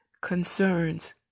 concerns